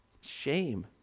shame